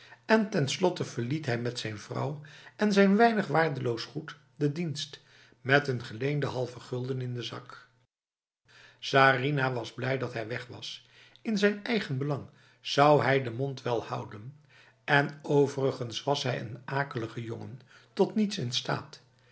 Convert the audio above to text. en ten slotte verliet hij met zijn vrouw en zijn weinig waardeloos goed de dienst met een geleende halve gulden in de zak sarinah was blij dat hij weg was in zijn eigen belang zou hij de mond wel houden en overigens was hij een akelige jongen tot niets in staat